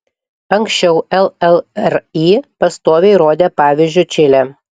anksčiau llri pastoviai rodė pavyzdžiu čilę